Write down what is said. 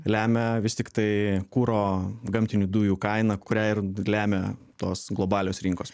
lemia vis tiktai kuro gamtinių dujų kaina kurią ir lemia tos globalios rinkos